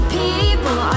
people